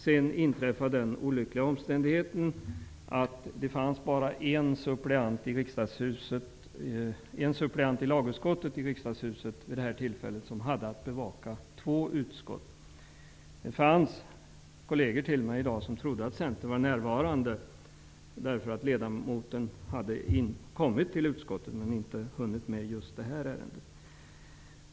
Sedan inträffade det olyckliga att det bara fanns en suppleant till lagutskottet i Riksdagshuset vid det tillfället som hade att bevaka två utskott. Det finns kolleger till mig som i dag tror att centerrepresentanten var närvarande. Centerledamoten hade kommit till lagutskottet men inte hunnit vara med vid behandlingen av detta ärende.